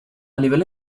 livello